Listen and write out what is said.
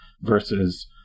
versus